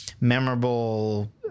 memorable